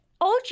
OG